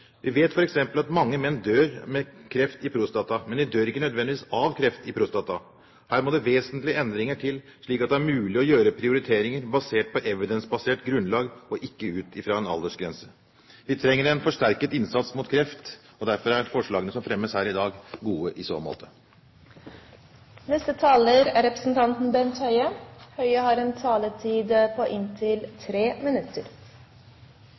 Vi vet f.eks. at mange menn dør med kreft i prostata, men de dør ikke nødvendigvis av kreft i prostata. Her må det vesentlige endringer til, slik at det er mulig å gjøre prioriteringer på et evidensbasert grunnlag og ikke ut fra en aldersgrense. Vi trenger en forsterket innsats mot kreft, og forslagene som fremmes her i dag, er gode i så måte. De talere som heretter får ordet, har en taletid på inntil 3 minutter.